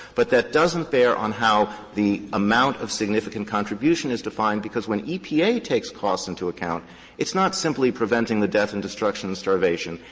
but that doesn't bear on how the amount of significant contribution is defined, because when epa takes costs into account it's not simply preventing the death and destruction and starvation.